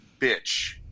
Bitch